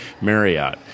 Marriott